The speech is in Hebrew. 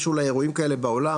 יש אולי אירועים כאלה בעולם,